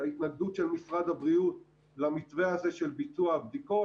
ההתנגדות של משרד הבריאות למתווה הזה של ביצוע הבדיקות.